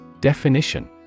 Definition